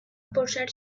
posar